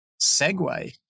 segue